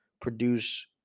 produce